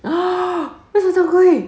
!wah! 为什么这么贵